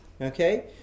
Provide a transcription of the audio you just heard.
okay